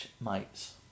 mites